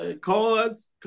cards